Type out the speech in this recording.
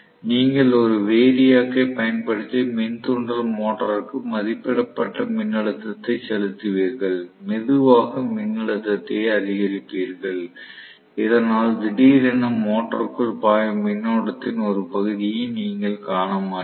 நீங்கள் ஒரு வேரியாக் ஐ பயன்படுத்தி மின் தூண்டல் மோட்டருக்கு மதிப்பிடப்பட்ட மின்னழுத்தத்தைப் செலுத்துவீர்கள் மெதுவாக மின்னழுத்தத்தை அதிகரிப்பீர்கள் இதனால் திடீரென மோட்டருக்குள் பாயும் மின்னோட்டத்தின் ஒரு பகுதியை நீங்கள் காண மாட்டீர்கள்